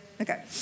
Okay